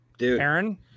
Aaron